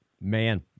Man